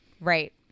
Right